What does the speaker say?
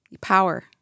Power